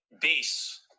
base